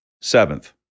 Seventh